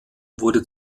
wurde